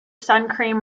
suncream